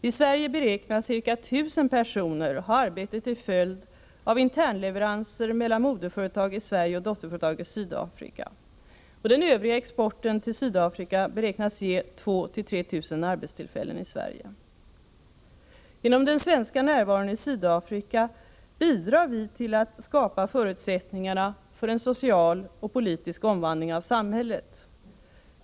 I Sverige beräknas ca 1 000 personer ha arbete till följd av internleveranser mellan moderföretag i Sverige och dotterföretag i Sydafrika. Den övriga exporten till Sydafrika beräknas ge 2 000-3 000 arbetstillfällen i Sverige. Genom den svenska närvaron i Sydafrika bidrar vi till att skapa förutsättningarna för en social och politisk omvandling av samhället.